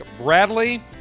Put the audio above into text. Bradley